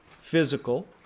physical